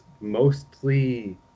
mostly